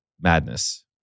Madness